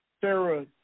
Sarah